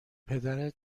پدرت